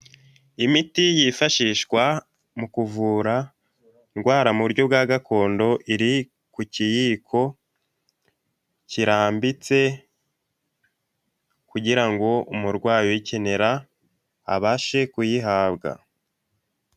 Imiti yifashishwa mu kuvura indwara mu buryo bwa gakondo iri ku kiyiko kirambitse kugira ngo umurwayi uyikenera abashe kuyihabwa.